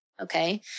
Okay